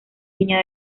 viña